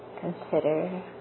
consider